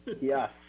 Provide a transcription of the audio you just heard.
Yes